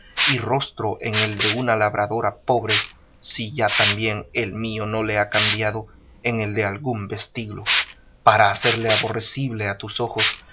y rostro en el de una labradora pobre si ya también el mío no le ha cambiado en el de algún vestiglo para hacerle aborrecible a tus ojos